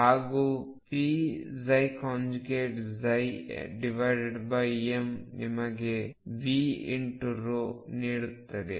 ಹಾಗೂ pmನಿಮಗೆ v×ρ ನೀಡುತ್ತದೆ ಅಂದರೆ ಅದು j ಆಗಿದೆ